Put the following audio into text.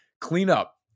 Cleanup